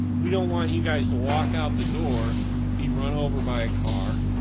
we don't want you guys to walk out the door and be run over by a car.